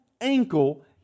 ankle